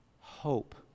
hope